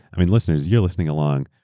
i mean, listeners, you're listening along.